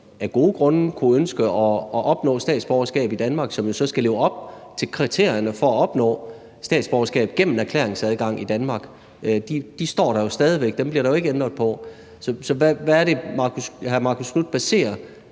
af gode grunde kunne ønske at opnå statsborgerskab i Danmark, og som så skal leve op til kriterierne for at opnå statsborgerskab gennem erklæringsadgang i Danmark. De står der jo stadig væk; dem bliver der jo ikke ændret på. Så hvad er det, hr. Marcus Knuth baserer